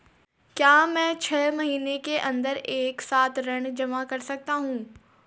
क्या मैं छः महीने के अन्दर एक साथ ऋण जमा कर सकता हूँ?